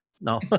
no